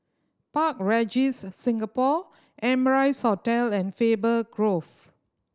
Park Regis Singapore Amrise Hotel and Faber Grove